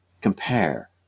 compare